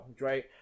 right